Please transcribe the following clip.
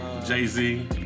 Jay-Z